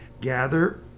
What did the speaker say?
gather